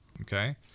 Okay